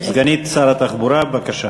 סגנית שר התחבורה, בבקשה.